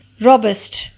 Robust